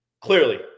Clearly